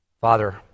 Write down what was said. Father